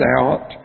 out